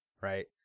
Right